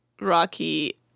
Rocky